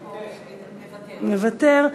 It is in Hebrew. מוותר,